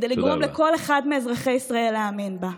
כדי לגרום לכל אחד מאזרחי ישראל להאמין בו.